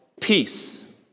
Peace